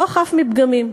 לא חף מפגמים,